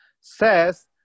says